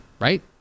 right